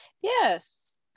Yes